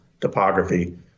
topography